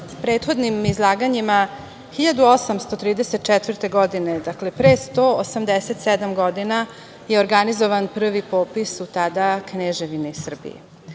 prethodnim izlaganjima 1834. godine, dakle, pre 187 godina je organizovan prvi popis u tada Kneževini Srbiji. Kako